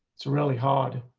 it's really hard.